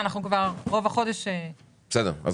בסדר.